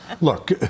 Look